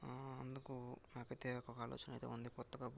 అందుకు నాకైతే ఒక ఆలోచనైతే ఉంది కొత్తగా బుక్స్